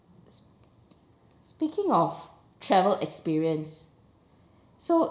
sp~ speaking of travel experience so